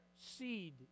seed